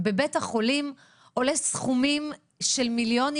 בבית החולים עולה סכומים של מיליונים